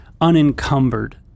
unencumbered